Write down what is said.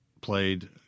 played